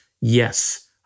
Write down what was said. yes